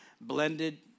blended